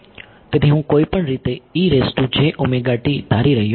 તેથી હું કોઈપણ રીતે ધારી રહ્યો હતો